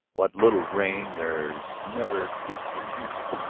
what little rain there is never gets in here.